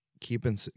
keeping